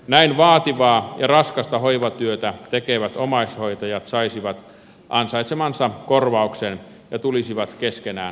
näin vaativaa ja raskasta hoivatyötä tekevät omaishoitajat saisivat ansaitsemansa korvauksen ja tulisivat keskenään tasavertaiseen asemaan